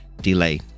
delay